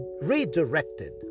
redirected